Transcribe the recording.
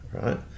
right